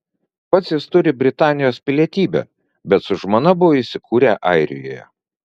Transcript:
pats jis turi britanijos pilietybę bet su žmona buvo įsikūrę airijoje